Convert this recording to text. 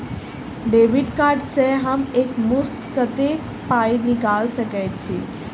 Debit card सँ हम एक मुस्त कत्तेक पाई निकाल सकय छी?